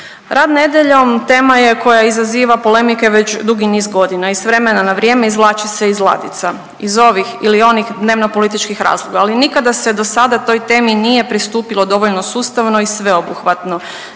rad nedjeljom tema je koja izaziva polemike već dugi niz godina i s vremena na vrijeme izvlači se iz ladica iz ovih ili onih dnevnopolitičkih razloga, ali nikada se dosada toj temi nije pristupilo dovoljno sustavno i sveobuhvatno